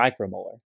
micromolar